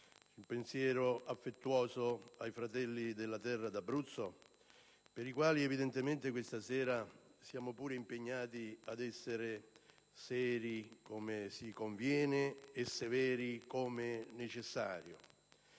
un pensiero affettuoso ai fratelli della terra d'Abruzzo, per i quali questa sera siamo impegnati ad essere seri come si conviene e severi come necessario.